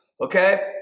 Okay